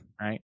right